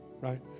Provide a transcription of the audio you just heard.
right